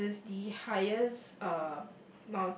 it is the highest uh